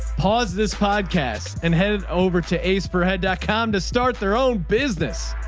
pause this podcast and head over to ace per head dot com to start their own business.